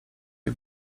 jej